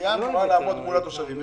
העירייה אמורה לעמוד מול התושבים.